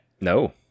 No